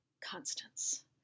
Constance